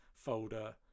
Folder